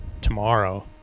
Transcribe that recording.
tomorrow